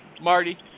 Marty